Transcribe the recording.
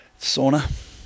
Sauna